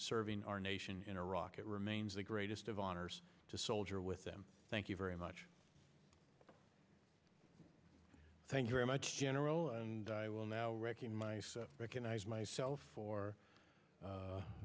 serving our nation in iraq it remains the greatest of honors to soldier with them thank you very much thank you very much general and i will now wrecking my recognize myself for